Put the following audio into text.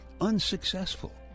unsuccessful